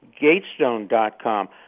Gatestone.com